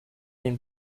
den